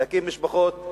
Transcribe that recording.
להקים משפחות,